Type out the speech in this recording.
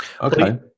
okay